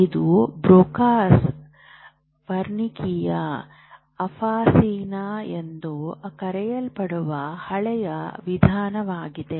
ಇದು ಬ್ರೋಕಾಸ್ ವರ್ನಿಕಿಯ ಅಫಾಸಿಯಾ ಎಂದು ಕರೆಯಲ್ಪಡುವ ಹಳೆಯ ವಿಧಾನವಾಗಿದೆ